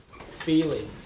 Feeling